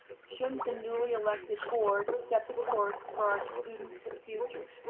shouldn't the newly elected board set the course for our students' futures?